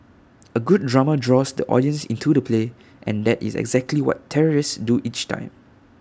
A good drama draws the audience into the play and that is exactly what terrorists do each time